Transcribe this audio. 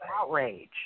outrage